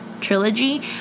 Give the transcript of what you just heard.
trilogy